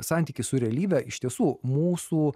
santykį su realybe iš tiesų mūsų